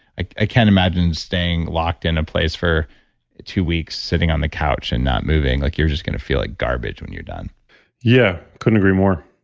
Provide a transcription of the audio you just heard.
i can't imagine staying locked in a place for two weeks, sitting on the couch and not moving. like you're just going to feel like garbage when you're done yeah, couldn't agree more